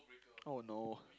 oh no